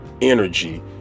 energy